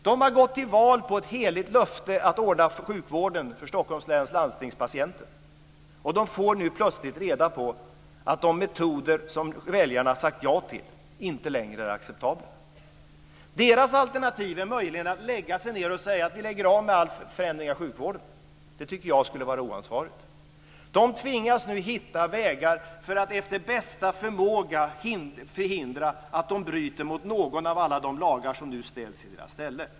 De har gått till val på ett heligt löfte att ordna sjukvården för Stockholms läns landstings patienter. Nu får de plötsligt reda på att de metoder som väljarna sagt ja till inte längre är acceptabla. Deras alternativ är möjligen att lägga sig ned och säga: Vi lägger av med all förändring av sjukvården. Det tycker jag skulle vara oansvarigt. De tvingas nu hitta vägar för att efter bästa förmåga undvika att bryta mot någon av alla de lagar som nu ställs i deras ställe.